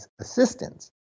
assistance